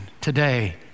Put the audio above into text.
today